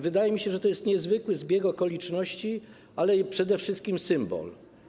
Wydaje mi się, że to jest niezwykły zbieg okoliczności, ale przede wszystkim symbol.